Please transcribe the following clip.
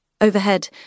Overhead